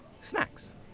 Snacks